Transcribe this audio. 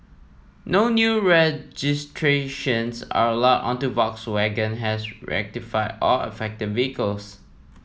no new registrations are allowed until Volkswagen has rectified all affected vehicles